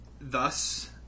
Thus